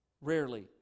Rarely